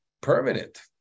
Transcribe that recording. permanent